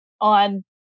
on